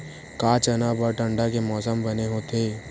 का चना बर ठंडा के मौसम बने होथे?